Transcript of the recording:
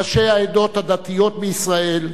ראשי העדות הדתיות בישראל,